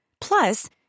Plus